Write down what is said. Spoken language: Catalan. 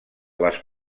les